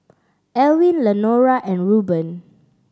Elwin Lenora and Reuben